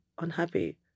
unhappy